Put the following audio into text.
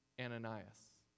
Ananias